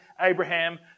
Abraham